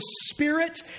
spirit